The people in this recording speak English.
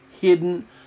hidden